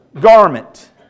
garment